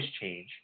change